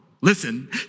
Listen